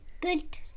Good